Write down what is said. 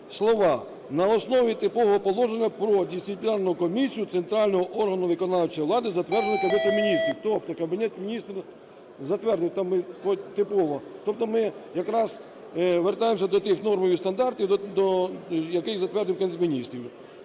слова "на основі Типового положення про Дисциплінарну комісію центрального органу виконавчої влади, затвердженого Кабінетом Міністрів". Тобто Кабінет Міністрів затвердив типове, тобто ми якраз повертаємося до тих норм і стандартів, які затвердив Кабінет Міністрів.